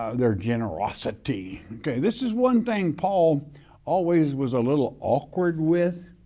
ah their generosity. okay, this is one thing paul always was a little awkward with,